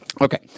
Okay